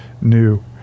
new